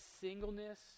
singleness